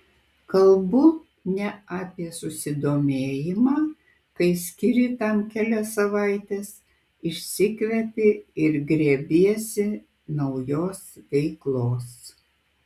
kalbu ne apie susidomėjimą kai skiri tam kelias savaites išsikvepi ir grėbiesi naujos veiklos